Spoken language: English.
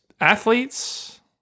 Athletes